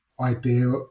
idea